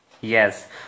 Yes